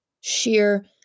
sheer